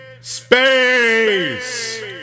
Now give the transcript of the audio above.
Space